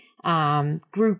Group